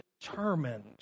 determined